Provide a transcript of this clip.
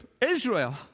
Israel